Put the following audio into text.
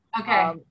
Okay